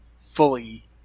fully